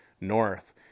North